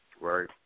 Right